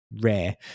rare